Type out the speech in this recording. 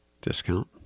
discount